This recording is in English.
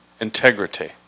integrity